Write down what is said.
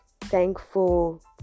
Thankful